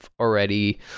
already